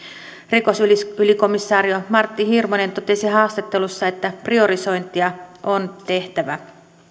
rikosylikomisario martti hirvonen totesi haastattelussa että priorisointia on tehtävä